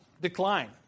decline